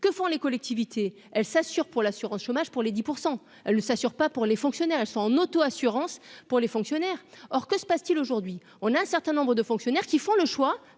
que font les collectivités, elle s'assure pour l'assurance chômage pour les 10 % le s'assure pas pour les fonctionnaires, elles s'en auto-assurance pour les fonctionnaires, or que se passe-t-il aujourd'hui, on a un certain nombre de fonctionnaires qui font le choix